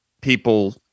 people